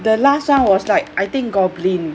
the last one I was like I think goblin